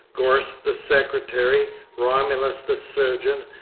gorst the secretary, romulus the surgeon,